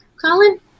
Colin